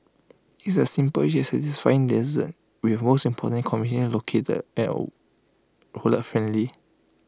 it's A simple yet satisfying dessert most importantly conveniently located friendly